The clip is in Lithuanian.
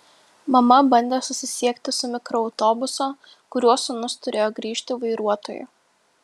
mama bandė susisiekti su mikroautobuso kuriuo sūnus turėjo grįžti vairuotoju